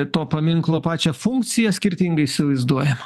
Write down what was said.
to paminklo pačią funkciją skirtingai įsivaizduojam